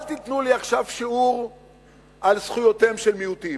אל תיתנו לי עכשיו שיעור על זכויותיהם של מיעוטים.